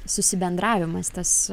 susibendravimas tas